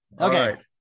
okay